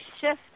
Shift